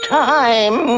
time